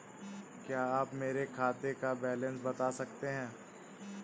क्या आप मेरे खाते का बैलेंस बता सकते हैं?